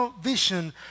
vision